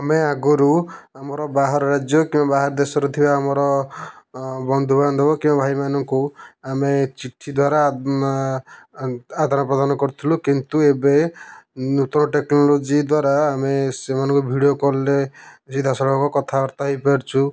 ଆମେ ଆଗରୁ ଆମର ବାହାର ରାଜ୍ୟ କିମ୍ବା ଆମ ବାହାର ଦେଶର ଥିବା ଆମର ଅଁ ବନ୍ଧୁ ବାନ୍ଧବ କି ଭାଇ ମାନଙ୍କୁ ଆମେ ଚିଠି ଦ୍ଵାରା ଆଦାନ ପ୍ରଦାନ କରୁଥିଲୁ କିନ୍ତୁ ଏବେ ନୂତନ ଟେକ୍ନୋଲୋଜି ଦ୍ବାରା ଆମେ ସେମାନଙ୍କୁ ଭିଡି଼ଓ କଲ୍ରେ ସିଧାସଳଖ କଥାବାର୍ତ୍ତା ହେଇ ପାରୁଛୁ